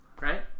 right